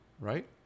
right